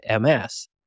MS